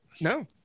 No